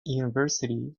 university